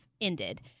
ended